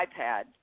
iPad